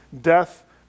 death